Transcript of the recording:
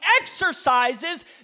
exercises